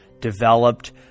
developed